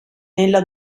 nella